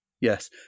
Yes